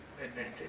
advantage